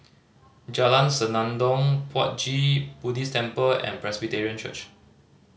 Jalan Senandong Puat Jit Buddhist Temple and Presbyterian Church